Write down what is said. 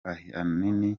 ahanini